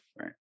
Right